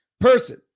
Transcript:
person